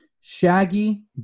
Shaggy